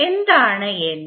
എന്താണ് N